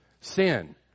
sin